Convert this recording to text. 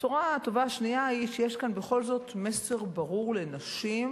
והבשורה הטובה השנייה היא שיש כאן מסר ברור לנשים: